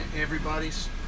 everybody's